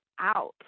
out